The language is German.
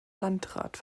landrat